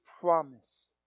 promise